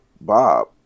Bob